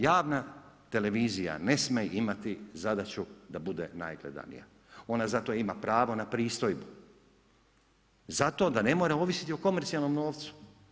Javna televizija ne smije imati zadaću da bude najgledanija, ona zato ima pravo na pristojbu, zato da ne mora ovisiti o komercijalnom novcu.